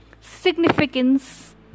significance